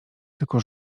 tylko